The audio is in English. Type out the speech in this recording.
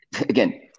again